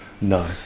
No